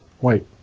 Wait